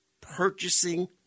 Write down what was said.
purchasing